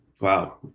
Wow